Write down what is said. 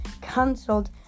cancelled